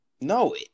No